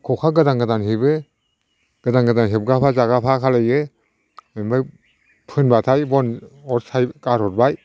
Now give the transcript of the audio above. खखा गोदान गोदान हेबो गोदान गोदान हेबगाफा जागाफा खालामो ओमफ्राय फोनबाथाय बन साय गारहरबाय